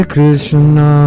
Krishna